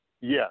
Yes